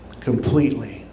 completely